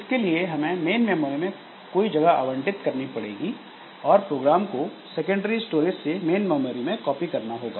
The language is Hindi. इसके लिए हमें मेन मेमोरी में कोई जगह आवंटित करनी पड़ेगी और प्रोग्राम को सेकेंडरी स्टोरेज से मेन मेमोरी में कॉपी करना होगा